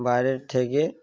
বাইরের থেকে